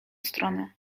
stronę